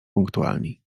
punktualni